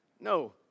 No